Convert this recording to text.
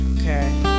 Okay